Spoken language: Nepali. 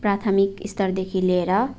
प्राथमिक स्तरदेखि लिएर